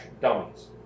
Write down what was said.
dummies